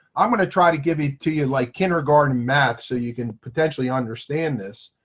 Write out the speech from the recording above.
i'm going to try to give it to you like kindergarten math, so you can potentially understand this.